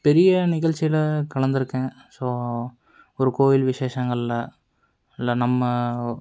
பெரிய நிகழ்ச்சியில் கலந்திருக்கேன் ஸோ ஒரு கோவில் விசேஷங்களில் இல்லை நம்ம